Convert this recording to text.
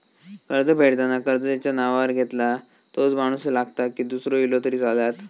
कर्ज फेडताना कर्ज ज्याच्या नावावर घेतला तोच माणूस लागता की दूसरो इलो तरी चलात?